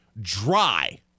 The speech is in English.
Dry